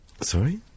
Sorry